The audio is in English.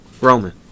Roman